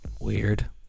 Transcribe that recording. Weird